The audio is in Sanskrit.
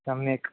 सम्यक्